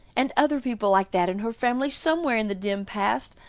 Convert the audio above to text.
and other people like that in her family somewhere in the dim past.